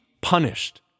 punished